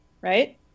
right